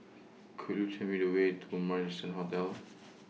Could YOU Tell Me The Way to Marrison Hotel